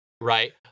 right